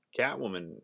Catwoman